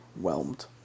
whelmed